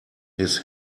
his